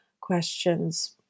questions